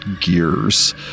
gears